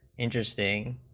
interesting